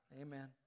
Amen